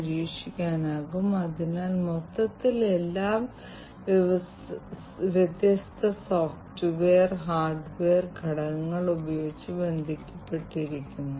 അവ വളരെക്കാലമായി നിലവിലുണ്ട് എന്നാൽ പുതിയതായി വന്നത് ഒരേ സമയം വ്യത്യസ്ത മെഷീനുകളുടെ അവസ്ഥ നിരീക്ഷിക്കാനും ഈ മെഷീനുകൾ ഓരോന്നും തങ്ങൾക്കിടയിലും ചില കേന്ദ്ര പോയിന്റുകളിലേക്കും ഡാറ്റ പങ്കിടാനും കഴിയുന്നതാണ്